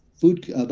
food